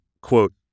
quote